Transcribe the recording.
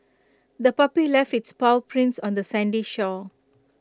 the puppy left its paw prints on the sandy shore